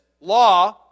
law